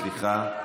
סליחה.